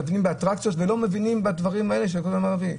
מבינים באטרקציות ולא מבינים בדברים האלה של הכותל המערבי.